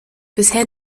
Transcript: bisher